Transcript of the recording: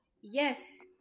Yes